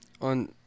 On